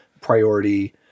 priority